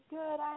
good